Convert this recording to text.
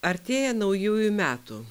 artėja naujųjų metų